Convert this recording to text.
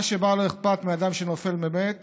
חברה שבה לא אכפת מאדם שנופל ומת